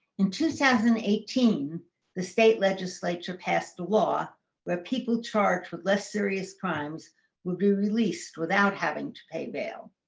in two thousand and eighteen the state legislature passed the law where people charged with less serious crimes will be released without having to pay bail.